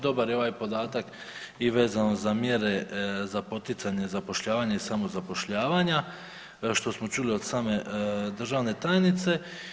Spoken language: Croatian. Dobar je ovaj podatak i vezano za mjere za poticanje zapošljavanja i samozapošljavanja što smo čuli od same državne tajnice.